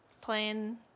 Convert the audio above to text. playing